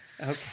Okay